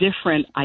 different